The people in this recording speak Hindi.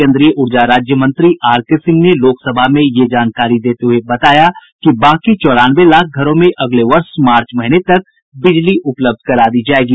केन्द्रीय ऊर्जा राज्य मंत्री आरके सिंह ने लोकसभा में यह जानकारी देते हुए बताया कि बाकी चौरानवे लाख घरों में अगले वर्ष मार्च महीने तक बिजली उपलब्ध करा दी जायेगी